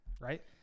right